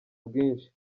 bwinshi